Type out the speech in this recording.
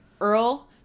Earl